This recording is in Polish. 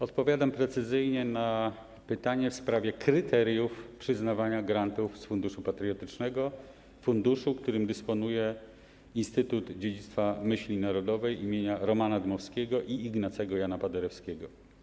Odpowiadam precyzyjnie na pytanie w sprawie kryteriów przyznawania grantów z Funduszu Patriotycznego, funduszu, którym dysponuje Instytut Dziedzictwa Myśli Narodowej im. Romana Dmowskiego i Ignacego Jana Paderewskiego.